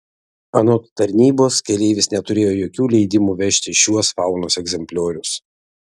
anot tarnybos keleivis neturėjo jokių leidimų vežti šiuos faunos egzempliorius